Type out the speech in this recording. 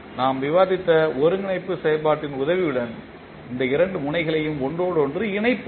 நாம் விவாதித்த ஒருங்கிணைப்பு செயல்பாட்டின் உதவியுடன் இந்த இரண்டு முனைகளையும் ஒன்றோடு ஒன்று இணைப்போம்